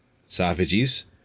savages